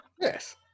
Yes